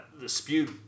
dispute